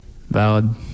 Valid